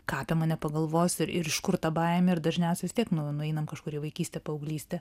ką apie mane pagalvos ir ir iš kur ta baimė ir dažniausiai vis tiek nu nueinam kažkur į vaikystę paauglystę